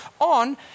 on